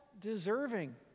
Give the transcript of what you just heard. deserving